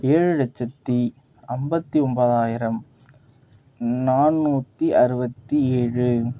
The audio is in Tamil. ஏழு லட்சத்து ஐம்பத்தி ஒம்பதாயிரம் நானூற்றி அறுபத்தி ஏழு